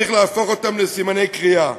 צריך להפוך אותם לסימני קריאה,